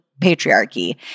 patriarchy